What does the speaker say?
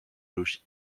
logis